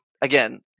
again